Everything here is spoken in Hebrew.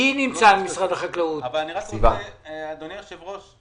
אדוני היושב-ראש,